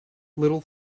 little